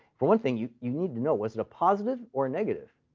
for one thing, you you need to know was it a positive or a negative?